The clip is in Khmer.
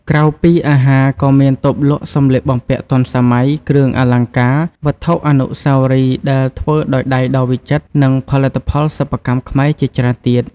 ក្រៅពីអាហារ ក៏មានតូបលក់សម្លៀកបំពាក់ទាន់សម័យ គ្រឿងអលង្ការ វត្ថុអនុស្សាវរីយ៍ដែលធ្វើដោយដៃដ៏វិចិត្រ និងផលិតផលសិប្បកម្មខ្មែរជាច្រើនទៀត។